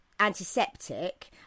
antiseptic